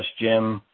jim,